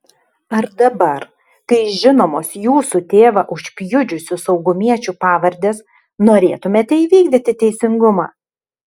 ar dabar kai žinomos jūsų tėvą užpjudžiusių saugumiečių pavardės norėtumėte įvykdyti teisingumą